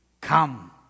Come